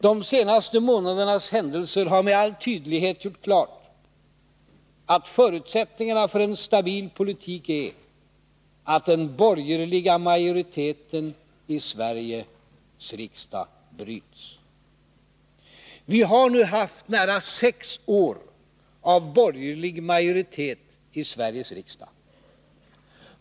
De senaste månadernas händelser har med all tydlighet gjort klart att förutsättningarna för en stabil politik är att den borgerliga majoriteten i Sveriges riksdag bryts. Vi har nu haft sex år av borgerlig majoritet i Sveriges riksdag.